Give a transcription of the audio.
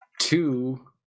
two